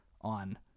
on